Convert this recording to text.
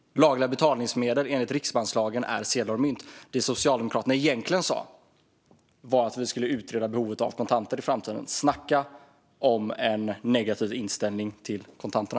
Lagliga betalningsmedel är enligt riksbankslagen sedlar och mynt. Det som Socialdemokraterna egentligen sa var att man skulle utreda behovet av kontanter i framtiden. Snacka om en negativ inställning till kontanterna!